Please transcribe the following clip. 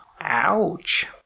Ouch